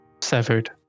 severed